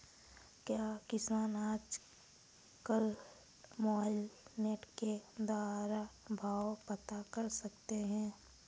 क्या किसान आज कल मोबाइल नेट के द्वारा भाव पता कर सकते हैं?